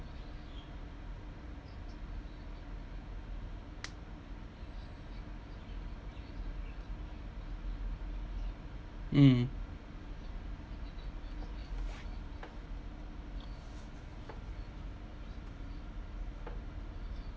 mm